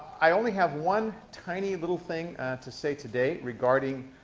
i only have one tiny little thing to say today regarding